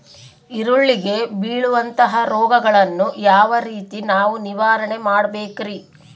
ಈರುಳ್ಳಿಗೆ ಬೇಳುವಂತಹ ರೋಗಗಳನ್ನು ಯಾವ ರೇತಿ ನಾವು ನಿವಾರಣೆ ಮಾಡಬೇಕ್ರಿ?